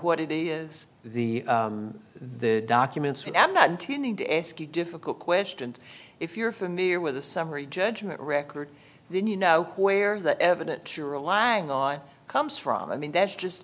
what it is the the documents when i am not intending to ask you difficult questions if you're familiar with the summary judgment record then you know where that evident sure relying on comes from i mean that's just